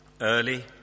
Early